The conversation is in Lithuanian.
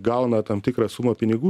gauna tam tikrą sumą pinigų